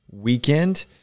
weekend